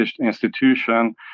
institution